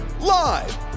live